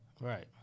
Right